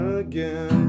again